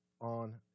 on